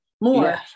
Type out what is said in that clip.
more